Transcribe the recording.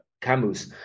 Camus